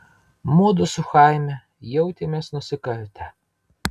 mudu su chaime jautėmės nusikaltę